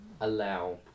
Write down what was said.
allow